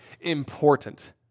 important